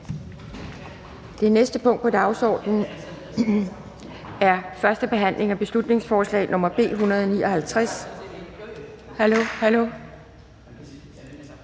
Det næste punkt på dagsordenen er: 2) 1. behandling af beslutningsforslag nr. B 159: Forslag